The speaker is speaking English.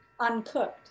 uncooked